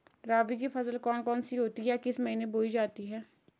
रबी की फसल कौन कौन सी होती हैं या किस महीने में बोई जाती हैं?